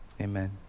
Amen